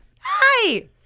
Hi